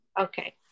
Okay